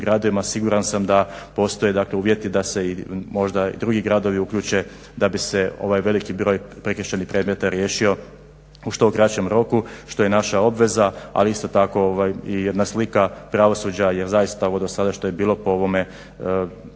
gadovima siguran sam da postoje uvjeti da se možda i drugi gradovi uključe da bi se ovaj veliki broj prekršajnih predmeta riješio što u kraćem roku što je naša obveza, ali isto tako i jedna slika pravosuđa jel zaista ovo do sada što je bilo po ovim